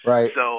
Right